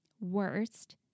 Worst